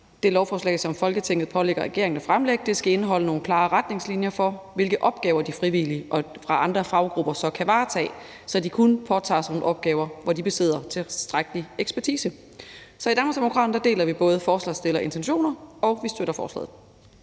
det lovforslag, som Folketinget pålægger regeringen at fremsætte, skal indholde nogle klare retningslinjer for, hvilke opgaver de frivillige fra andre faggrupper så kan varetage, så de kun påtager sig opgaver inden for områder, hvor de besidder tilstrækkelig ekspertise. Så i Danmarksdemokraterne deler vi forslagsstillernes intentioner, og vi støtter forslaget.